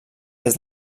des